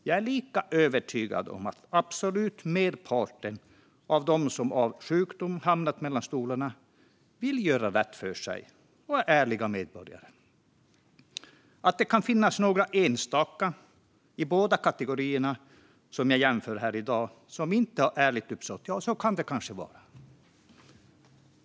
Jag är övertygad om att den absoluta merparten av dem som på grund av sjukdom har hamnat mellan stolarna också vill göra rätt för sig och är ärliga medborgare. Det kan finnas några enstaka i de båda kategorier som jag jämför här i dag som inte har ärligt uppsåt; så kan det kanske vara.